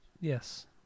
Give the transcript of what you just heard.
Yes